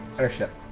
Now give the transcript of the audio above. airship.